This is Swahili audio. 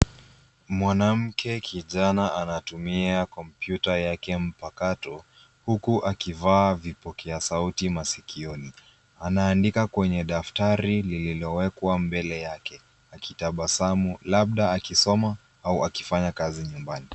Mwanamke kijana anatumia kompyuta yake mpakato uku akivaa vipokea sauti masikioni. Anaandika kwenye daftari lilowekwa mbele yake akitabasamu labda akisoma au akifanya kazi nyumbani.